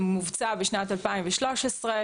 מובצע בשנת 2013,